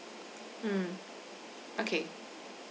mm okay